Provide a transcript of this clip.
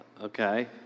Okay